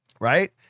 Right